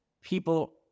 people